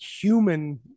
human